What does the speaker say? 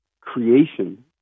creation